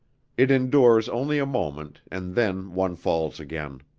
it endures only a moment and then one falls again.